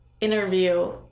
interview